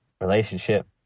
relationship